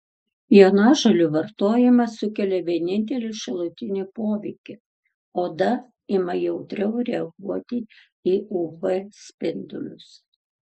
jonažolių vartojimas sukelia vienintelį šalutinį poveikį oda ima jautriau reaguoti į uv spindulius